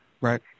right